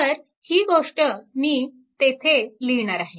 तर ही गोष्ट मी तेथे लिहिणार आहे